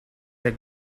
your